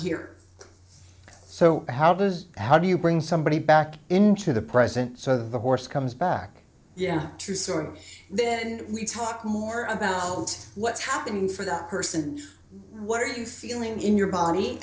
here so how does how do you bring somebody back into the present so that the horse comes back yeah true sort of then we talk more about what's happening for that person what are you feeling in your body